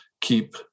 keep